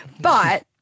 But-